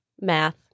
Math